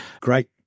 great